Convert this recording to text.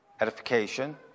Edification